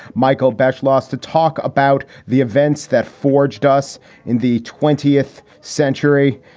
michael beschloss, to talk about the events that forged us in the twentieth century.